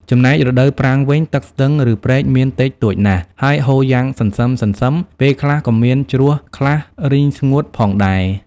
ចំណែករដូវប្រាំងវិញ ទឹកស្ទឹង ឬព្រែកមានតិចតួចណាស់ ហើយហូរយ៉ាងសន្សឹមៗ ពេលខ្លះក៏មានជ្រោះខ្លះរីងស្ងួត ផងដែរ។